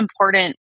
important